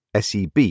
SEB